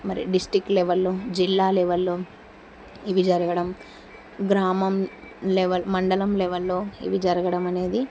మరి డిస్టిక్ట్ లెవెల్లో జిల్లా లెవెల్లో ఇవి జరగడం గ్రామం లెవెల్ మండలం లెవెల్లో ఇవి జరగడం అనేది